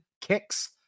kicks